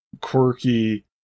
quirky